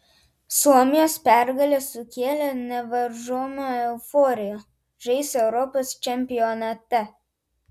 suomijos pergalė sukėlė nevaržomą euforiją žais europos čempionate